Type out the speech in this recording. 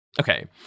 Okay